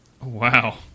Wow